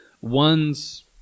one's